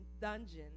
dungeon